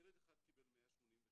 ילד אחד קיבל 188%,